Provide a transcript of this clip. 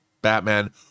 Batman